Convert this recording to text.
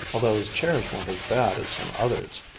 although his chairs weren't as bad as some others.